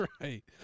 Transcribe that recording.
right